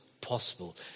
possible